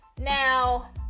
now